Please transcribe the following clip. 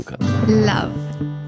love